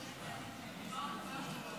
חבריי חברי הכנסת,